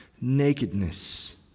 nakedness